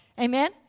Amen